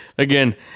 Again